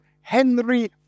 Henry